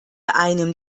einem